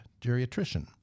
geriatrician